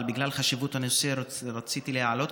אבל בגלל חשיבות הנושא רציתי להעלות,